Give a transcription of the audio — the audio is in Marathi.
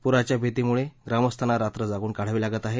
पुराच्या भीतीमुळे ग्रामस्थांना रात्र जागून काढावी लागत आहे